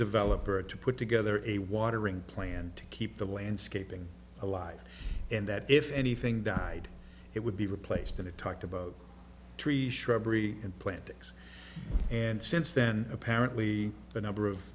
developer to put together a watering plan to keep the landscaping alive and that if anything died it would be replaced and it talked about trees shrubbery and plantings and since then apparently the number of